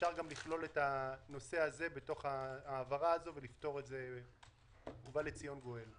אפשר לכלול את הנושא הזה בתוך ההעברה הזו ובא לציון גואל.